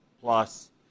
plus